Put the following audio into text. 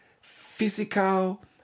physical